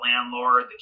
landlord